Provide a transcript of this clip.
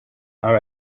are